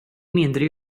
mindre